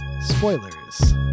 spoilers